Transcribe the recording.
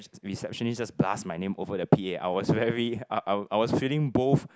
receptionist just plus my name over the P_A I was very I I was feeling both